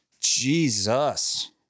Jesus